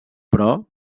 però